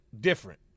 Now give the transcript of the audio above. different